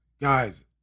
guys